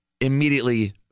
immediately